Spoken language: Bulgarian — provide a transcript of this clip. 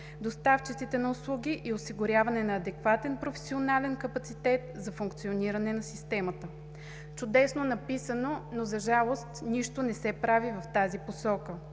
доставчиците на услуги и осигуряване на адекватен професионален капацитет за функциониране на системата. Чудесно написано, но, за жалост, нищо не се прави в тази посока.